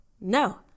no